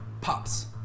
pops